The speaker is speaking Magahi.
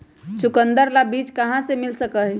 चुकंदर ला बीज कहाँ से मिल सका हई?